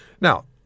Now